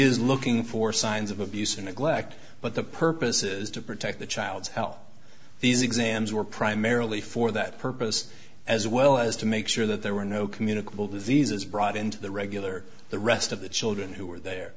is looking for signs of abuse or neglect but the purpose is to protect the child's health these exams were primarily for that purpose as well as to make sure that there were no communicable diseases brought into the regular the rest of the children who were there